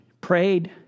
prayed